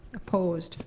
opposed?